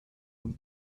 him